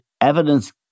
evidence